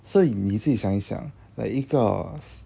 所以你自己想一想 like 一个